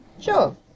Sure